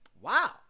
Wow